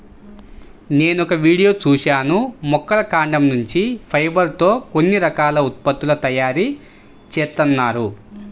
నేనొక వీడియో చూశాను మొక్కల కాండం నుంచి ఫైబర్ తో కొన్ని రకాల ఉత్పత్తుల తయారీ జేత్తన్నారు